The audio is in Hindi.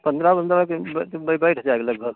पन्द्रह पन्द्रह के बैठ जाएगा लगभग